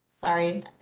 Sorry